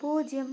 പൂജ്യം